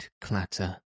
clatter